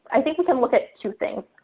i think we can look at two things.